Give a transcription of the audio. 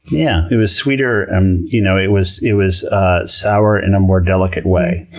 yeah it was sweeter, um you know it was it was sour in a more delicate way.